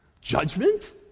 judgment